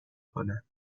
کنم